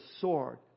sword